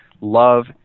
love